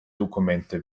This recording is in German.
dokumente